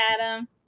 Adam